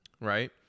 Right